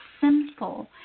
simple